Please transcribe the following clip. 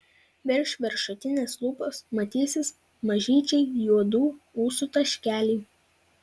virš viršutinės lūpos matysis mažyčiai juodų ūsų taškeliai